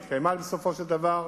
והיא התקיימה בסופו של דבר.